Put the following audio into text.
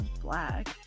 black